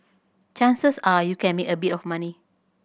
chances are you can make a bit of money